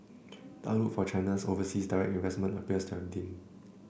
the outlook for China's overseas direct investment appears to have dimmed